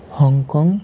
Hong Kong